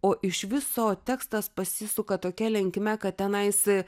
o iš viso tekstas pasisuka tokia linkime kad tenais